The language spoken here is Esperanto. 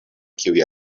kiuj